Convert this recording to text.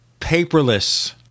paperless